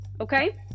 okay